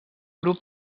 grup